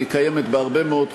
היא קיימת בהרבה מאוד תחומים,